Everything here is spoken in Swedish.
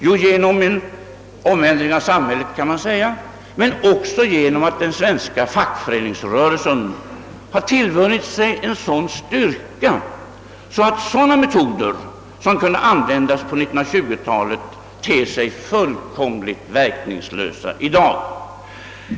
Jo, genom en omändring av samhället, kan man säga, men också genom att den svenska fackföreningsrörelsen har tillvunnit sig en sådan styrka, att de metoder som kunde användas på 1920-talet i dag ter sig fullkomligt meningslösa.